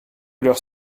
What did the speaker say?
leurs